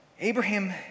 Abraham